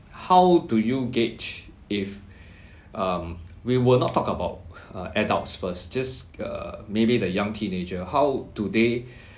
how do you gauge if um we will not talk about uh adults first just err maybe the young teenager how do they